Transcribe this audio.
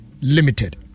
Limited